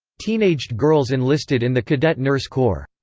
teenaged girls enlisted in the cadet nurse corps.